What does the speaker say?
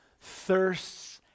thirsts